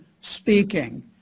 speaking